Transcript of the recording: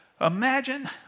Imagine